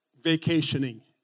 vacationing